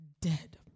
dead